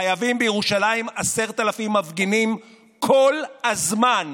חייבים בירושלים עשרת אלפים מפגינים כל הזמן,